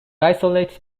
isolated